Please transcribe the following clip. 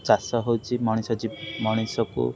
ଚାଷ ହେଉଛି ମଣିଷ ମଣିଷକୁ